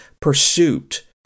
pursuit